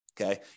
Okay